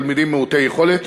תלמידים מעוטי יכולת.